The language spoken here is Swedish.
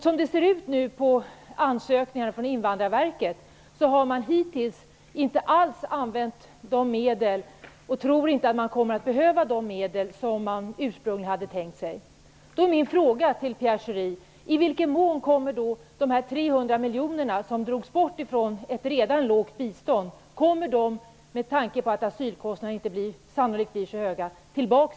Som det ser ut på ansökningarna från Invandrarverket har man hittills inte alls använt, och tror heller inte att man kommer att behöva använda, de medel som man ursprungligen tänkt sig. Min fråga till Pierre Schori är: Kommer de 300 miljoner kronor som drogs bort från ett redan lågt bistånd tillbaka till biståndet, med tanke på att asylkostnaderna inte blir så höga?